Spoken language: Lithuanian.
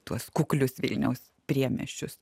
tuos kuklius vilniaus priemiesčius